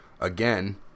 again